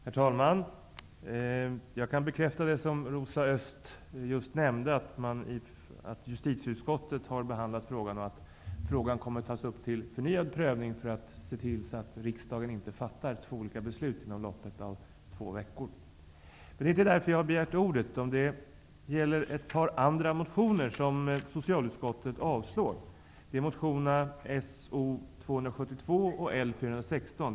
Herr talman! Jag kan bekräfta det som Rosa Östh just nämnde, att justitieutskottet har behandlat frågan och att den kommer att tas upp till förnyad prövning för att riksdagen inte skall fatta två olika beslut inom loppet av två veckor. Men det är inte därför jag har begärt ordet. Det gäller ett par andra motioner som socialutskottet avstyrker. Det är motionerna So272 och L416.